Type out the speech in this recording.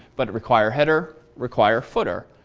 but require header, require footer.